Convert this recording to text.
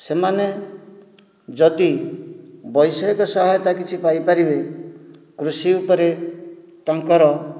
ସେମାନେ ଯଦି ବୈଷୟିକ ସହାୟତା କିଛି ପାଇପାରିବେ କୃଷି ଉପରେ ତାଙ୍କର